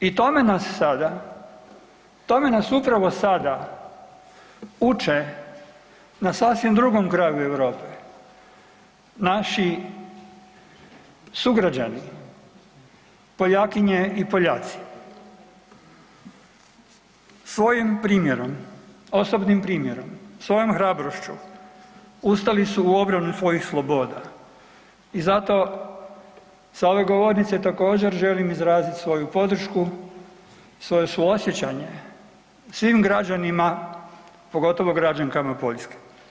I tome nas sada, tome nas upravo sada uče na sasvim drugom kraju Europe naši sugrađani Poljakinje i Poljaci svojim primjerom, osobnim primjerom, svojom hrabrošću ustali su u obranu svojih sloboda i zato sa ove govornice također želim izrazit svoju podršku, svoje suosjećanje svim građanima, pogotovo građankama Poljske.